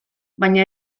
baina